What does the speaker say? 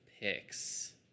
picks